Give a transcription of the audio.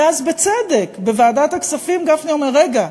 ואז, בצדק, בוועדת הכספים גפני אומר: רגע,